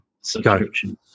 subscription